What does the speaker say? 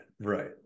Right